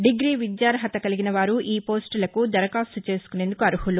degree విద్యార్థత కలిగిన వారు ఈ పోస్టులకు దరఖాస్తు చేసుకునేందుకు అర్హులు